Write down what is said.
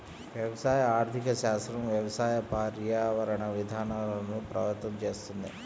వ్యవసాయ ఆర్థిక శాస్త్రం వ్యవసాయ, పర్యావరణ విధానాలను ప్రభావితం చేస్తుంది